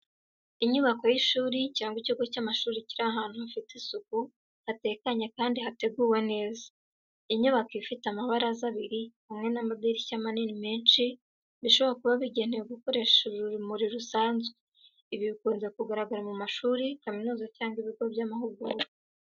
Inyubako y’ishuri cyangwa ikigo cy’amashuri kiri ahantu hafite isuku, hatekanye kandi hateguwe neza. Inyubako ifite amabaraza abiri hamwe n’amadirishya manini menshi bishobora kuba bigenewe gukoresha urumuri rusanzwe. Ibi bikunze kugaragara mu mashuri, kaminuza cyangwa ibigo by'amahugurwa.